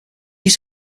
use